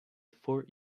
fort